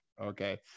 okay